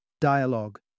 dialogue